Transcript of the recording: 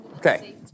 Okay